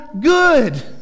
good